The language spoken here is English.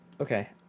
okay